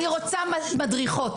אני רוצה מדריכות.